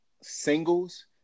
singles